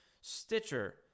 Stitcher